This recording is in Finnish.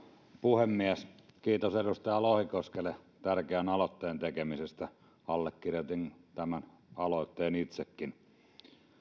puhemies kiitos edustaja lohikoskelle tärkeän aloitteen tekemisestä allekirjoitin tämän aloitteen itsekin tämä